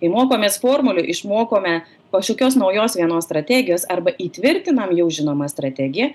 kai mokomės formulių išmokome kažkokios naujos vienos strategijos arba įtvirtinam jau žinomą strategiją